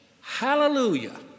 Hallelujah